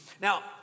Now